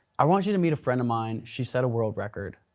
i want you to meet a friend of mine, she set a world record,